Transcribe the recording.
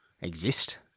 exist